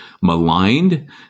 maligned